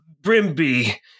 Brimby